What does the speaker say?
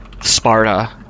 Sparta